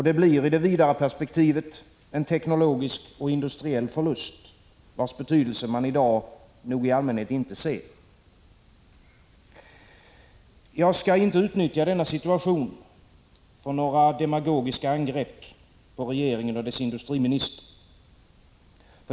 Det blir i det vidare perspektivet en teknologisk och industriell förlust, vars betydelse man i dag i allmänhet inte ser. Jag skall inte utnyttja denna situation för några demagogiska angrepp på regeringen och dess industriminister.